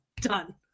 done